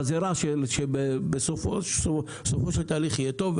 אבל זה רע שבסופו של תהליך יהיה טוב.